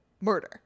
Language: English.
murder